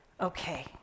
okay